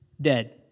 dead